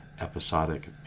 episodic